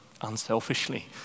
unselfishly